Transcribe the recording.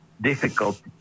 difficult